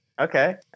Okay